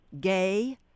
Gay